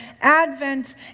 Advent